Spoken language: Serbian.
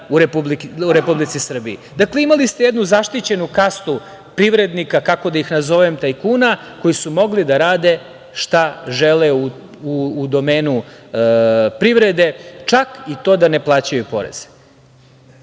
u Republici Srbiji. Dakle, imali ste jednu zaštićenu kastu privrednika, kako da ih nazovem – tajkuna, koji su mogli da rade šta žele u domenu privrede, čak i to da ne plaćaju porez. Može